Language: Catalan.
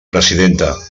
presidenta